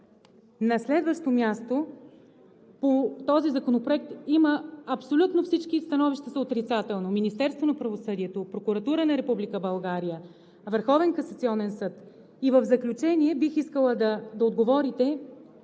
На следващо място по този законопроект – абсолютно всички становища са отрицателни – Министерството на правосъдието, Прокуратурата на Република България, Върховен касационен съд. В заключение, бих искала да отговорите